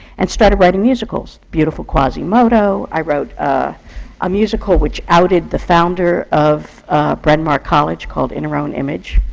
and started writing musicals. beautiful quasimodo. i wrote a musical which outed the founder of bryn mawr college, called in her own image